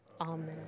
Amen